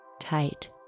Tight